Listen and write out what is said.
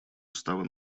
устава